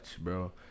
bro